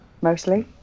mostly